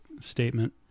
statement